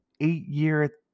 eight-year